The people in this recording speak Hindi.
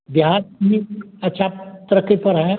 देहात में अच्छी तरक़्क़ी पर है